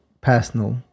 personal